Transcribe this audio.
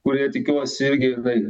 kurie tikiuosi irgi na